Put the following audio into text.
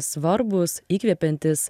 svarbūs įkvepiantys